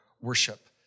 worship